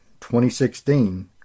2016